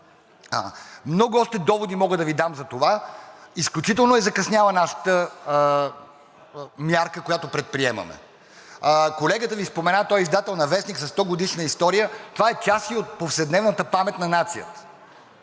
Много още доводи мога да Ви дам за това. Изключително е закъсняла нашата мярка, която предприемаме. Колегата Ви спомена, той е издател на вестник със 100-годишна история, това е част и от повседневната памет на нацията.